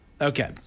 Okay